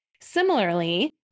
Similarly